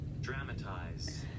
Dramatize